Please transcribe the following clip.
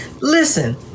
listen